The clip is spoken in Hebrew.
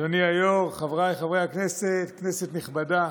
אדוני היושב-ראש, חבריי חברי הכנסת, כנסת נכבדה,